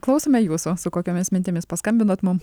klausome jūsų su kokiomis mintimis paskambinot mums